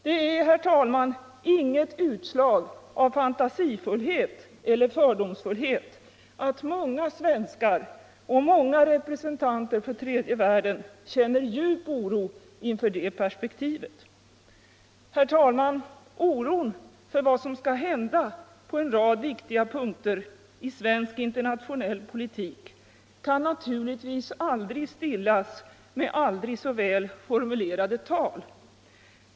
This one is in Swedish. Det är inget utslag av fantasifullhet eller fördomsfullhet att många svenskar och många representanter för tredje världen känner djup oro inför det perspektivet. Herr talman! Oron för vad som skall hända på en rad viktiga punkter i svensk internationell politik kan naturligtvis inte stillas med aldrig så väl formulerade tal.